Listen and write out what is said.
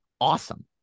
awesome